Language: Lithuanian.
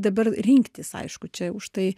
dabar rinktis aišku čia už tai